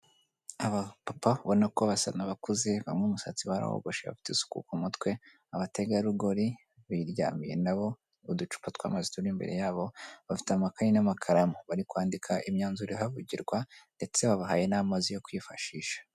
Abapapa ubona ko basa n'abakuze bamwe umusatsi barawogoshe bafite isuku ku mutwe. Abategarugori biryamiye na bo uducupa tw'amazi turi imbere yabo. Bafite amakayi n'amakaramu. Barikwandika imyanzuro ihavugirwa ndetse babahaye n'amazi yo kwifashisha.